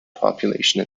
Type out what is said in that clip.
population